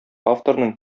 авторның